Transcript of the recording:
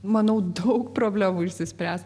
manau daug problemų išsispręs